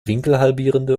winkelhalbierende